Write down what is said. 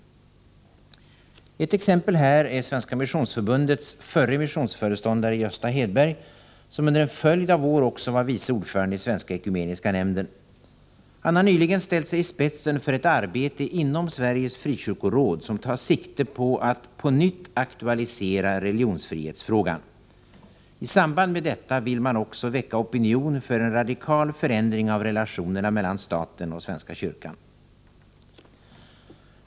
Ett exempel här är Svenska missionsförbundets förre missionsföreståndare Gösta Hedberg, som under en följd av år också var vice ordförande i Svenska ekumeniska nämnden. Han har nyligen ställt sig i spetsen för ett arbete inom Sveriges frikyrkoråd som tar sikte på att på nytt aktualisera religionsfrihetsfrågan. I samband med detta vill man också väcka opinion för en radikal förändring av relationerna mellan staten och svenska kyrkan.